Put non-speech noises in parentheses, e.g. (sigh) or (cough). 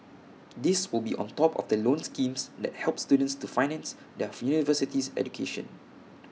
these will be on top of the loan schemes that help students to finance their (noise) university education